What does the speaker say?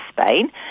Spain